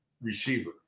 receiver